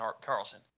Carlson